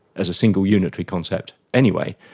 as a single unitary concept. anyway,